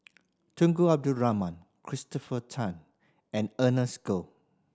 Tunku Abdul Rahman Christopher Tan and Ernest Goh